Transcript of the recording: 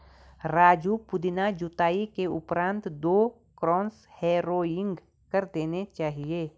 राजू पुदीना जुताई के उपरांत दो क्रॉस हैरोइंग कर देना चाहिए